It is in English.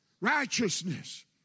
righteousness